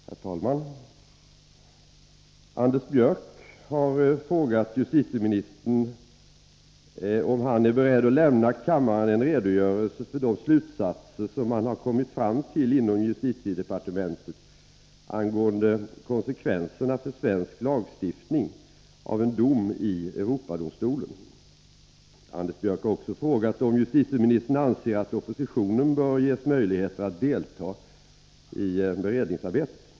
Herr talman! Anders Björck har frågat om justitieministern är beredd att lämna kammaren en redogörelse för de slutsatser som man har kommit fram tillinom justitiedepartementet angående konsekvenserna för svensk lagstiftning av en dom i Europadomstolen. Anders Björck har också frågat om justitieministern anser att oppositionen bör ges möjligheter att delta i beredningsarbetet.